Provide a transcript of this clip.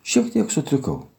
šiek tiek sutrikau